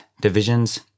divisions